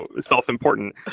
self-important